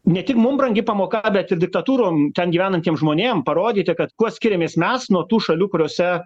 ne tik mum brangi pamoka bet ir diktatūrom ten gyvenantiem žmonėm parodyti kad kuo skiriamės mes nuo tų šalių kuriose